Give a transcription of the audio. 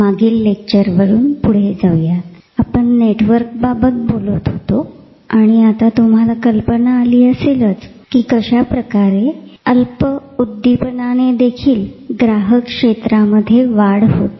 मागील लेक्चरवरून पुढे जावू आपण नेटवर्कबाबत बोलत होतो आणि आता तुम्हाला कल्पना आली असेल कि कशा प्रकारे अल्प उद्दिपनानेदेखील ग्राहक क्षेत्रामध्ये वाढ होते